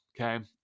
Okay